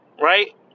right